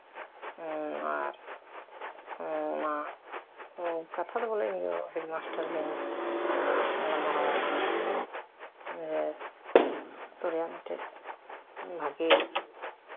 ᱟᱨ ᱚᱱᱟᱦᱚᱸ ᱠᱟᱛᱷᱟ ᱫᱚ ᱵᱚᱞᱮ ᱦᱮᱰᱢᱟᱥᱴᱟᱨ ᱜᱮᱧ ᱜᱟᱞᱢᱟᱨᱟᱣᱟᱭ ᱠᱟᱱᱟ ᱡᱮ ᱟᱛᱳ ᱨᱮᱭᱟᱜ ᱢᱤᱫᱴᱮᱡ ᱵᱷᱟᱜᱮ